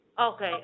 Okay